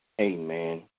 Amen